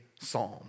psalm